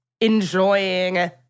enjoying